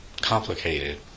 complicated